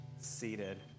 seated